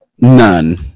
None